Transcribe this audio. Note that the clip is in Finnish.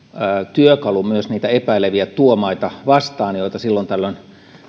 työkalu myös niitä epäileviä tuomaita vastaan joita silloin tällöin